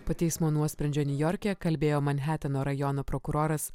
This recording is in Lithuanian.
po teismo nuosprendžio niujorke kalbėjo manheteno rajono prokuroras